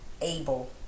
able